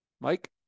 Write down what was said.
Mike